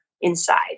inside